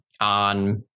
on